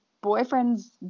boyfriend's